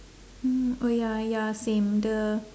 hmm oh ya ya same the